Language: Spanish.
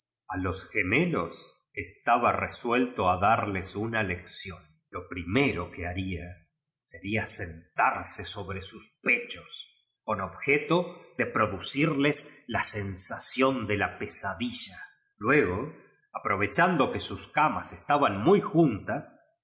a los gemelos estaba resucito o darles una e s ídn lo primero que liaría sería sen tarse sobre sus pechos ron objeto de produ cirles la wmsaeióu de la pesadilla luego aprovecha ti do que sus ramas estaban muy jautas